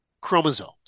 chromosomes